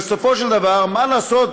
בסופו של דבר, מה לעשות